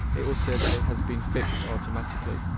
it will say that it has been fixed automatically.